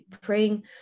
praying